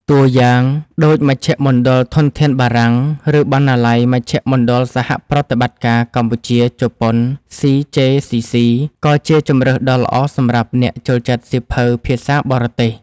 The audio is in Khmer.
តួយ៉ាងដូច មជ្ឈមណ្ឌលធនធានបារាំង ឬបណ្ណាល័យ មជ្ឈមណ្ឌលសហប្រតិបត្តិការកម្ពុជា-ជប៉ុន CJCC ក៏ជាជម្រើសដ៏ល្អសម្រាប់អ្នកចូលចិត្តសៀវភៅភាសាបរទេស។